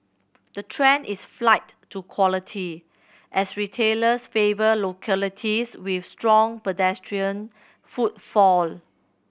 the trend is flight to quality as retailers favour localities with strong pedestrian footfall